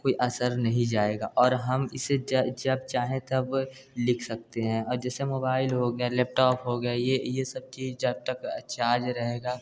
कोई असर नही जाएगा और हम इसे जब चाहें तब लिख सकते हैं और जैसे मोबाइल हो गया लेपटॉप हो गया ये ये सब चीज जब तक चार्ज रहेगा